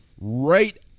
right